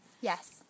Yes